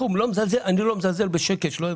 ואני לא מזלזל באף שקל.